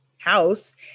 house